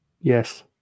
Yes